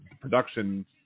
production